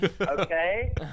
Okay